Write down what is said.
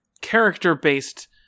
character-based